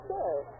Sure